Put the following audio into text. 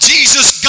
Jesus